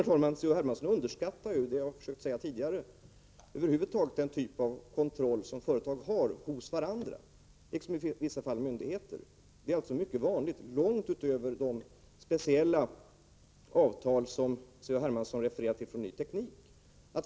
Herr talman! C.-H. Hermansson underskattar ju det jag har försökt säga tidigare. Över huvud taget är den kontroll som företag gör hos varandra, liksom i vissa fall myndigheter, någonting mycket vanligt, långt utöver de speciella avtal som C.-H. Hermansson refererar till från Ny Teknik.